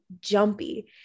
jumpy